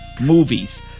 movies